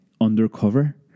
undercover